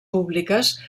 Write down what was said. públiques